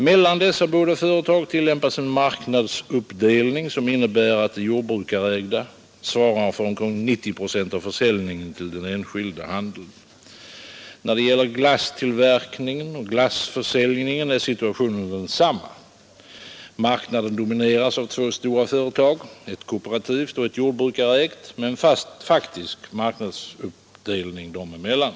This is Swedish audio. Mellan dessa båda företag tillämpas en marknadsuppdelning, som innebär att det jordbrukarägda svarar för omkring 90 procent av försäljning till den enskilda handeln. När det gäller glasstillverkning och glassförsäljning är situationen Nr 79 densamma. Marknaden domineras av två företag — ett kooperativt och Torsdagen den ett jordbrukarägt — med en faktisk marknadsuppdelning dem emellan.